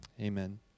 Amen